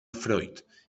freud